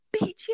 bitch